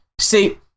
See